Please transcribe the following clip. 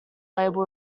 label